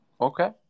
Okay